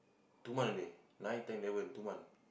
two month already nine ten eleven two month